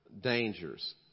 dangers